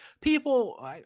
people